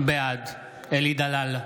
בעד אלי דלל,